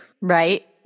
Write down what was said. Right